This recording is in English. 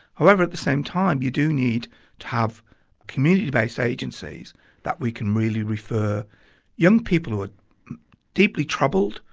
however, at the same time you do need to have community-based agencies that we can really refer young people who are deeply troubled,